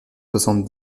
soixante